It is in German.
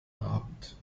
abend